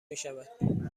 میشود